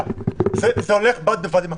זה הולך בד בבד עם אכיפה.